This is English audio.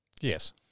Yes